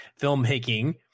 filmmaking